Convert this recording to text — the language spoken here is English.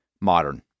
modern